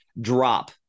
drop